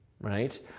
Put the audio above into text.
right